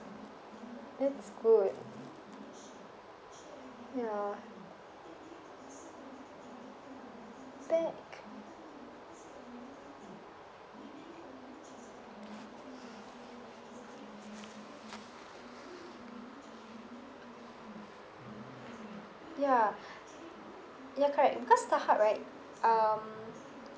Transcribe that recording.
that's good ya think ya ya correct because Starhub right um